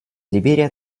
либерия